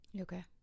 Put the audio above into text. okay